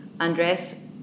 Andres